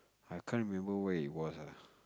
I can't remember where it was ah